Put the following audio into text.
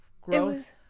growth